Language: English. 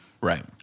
Right